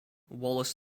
wallace